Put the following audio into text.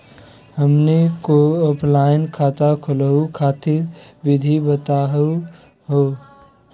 हमनी क ऑफलाइन खाता खोलहु खातिर विधि बताहु हो?